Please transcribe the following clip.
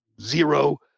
zero